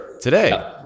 today